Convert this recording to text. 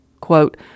Quote